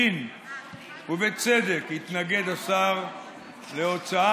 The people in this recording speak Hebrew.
בדין ובצדק התנגד השר להוצאת